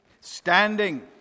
standing